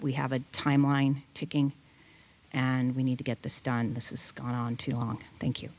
we have a timeline ticking and we need to get the stand this is gone on too long thank you